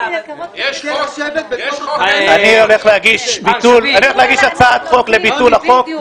אני הולך להגיש הצעת חוק לביטול החוק הזה.